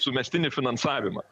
sumestinį finansavimą